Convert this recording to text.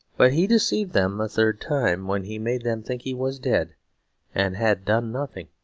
but he deceived them a third time when he made them think he was dead and had done nothing.